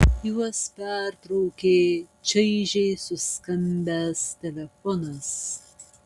juos pertraukė čaižiai suskambęs telefonas